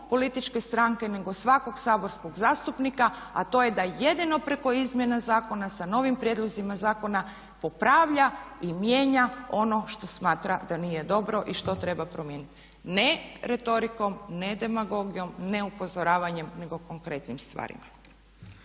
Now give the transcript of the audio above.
političke stranke, nego svakog saborskog zastupnika, a to je da jedino preko izmjena zakona sa novim prijedlozima zakona popravlja i mijenja ono što smatra da nije dobro i što treba promijeniti. Ne retorikom, ne demagogijom, ne upozoravanjem, nego konkretnim stvarima.